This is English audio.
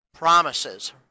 promises